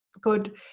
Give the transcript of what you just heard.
good